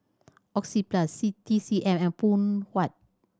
Oxyplus C T C M and Phoon Huat